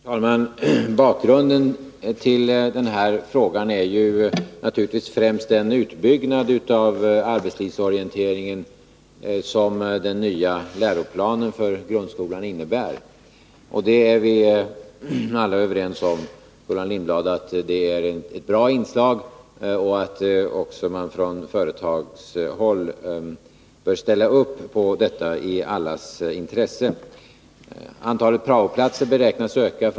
Herr talman! Bakgrunden till frågan är naturligtvis främst den utbyggnad av arbetslivsorienteringen som den nya läroplanen för grundskolan innebär. Vi är alla, Gullan Lindblad, överens om att det är ett bra inslag och att man också från företagshåll bör ställa upp på detta, i allas intresse. 1982/83.